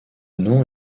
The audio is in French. nom